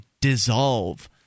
dissolve